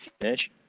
finish